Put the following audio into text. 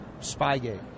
Spygate